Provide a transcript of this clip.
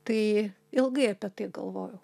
tai ilgai apie tai galvojau